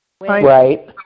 Right